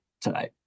tonight